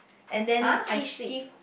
and then each give